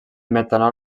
metanol